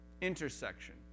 intersection